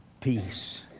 peace